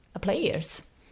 players